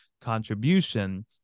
contribution